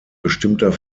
bestimmter